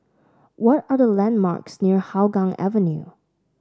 what are the landmarks near Hougang Avenue